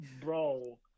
Bro